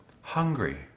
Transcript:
hungry